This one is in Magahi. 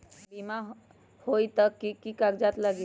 बिमा होई त कि की कागज़ात लगी?